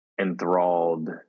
enthralled